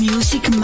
Music